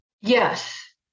Yes